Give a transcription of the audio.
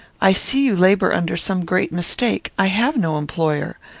i see you labour under some great mistake. i have no employer.